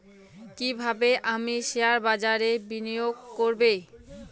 কিভাবে আমি শেয়ারবাজারে বিনিয়োগ করবে?